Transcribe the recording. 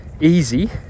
easy